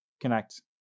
connect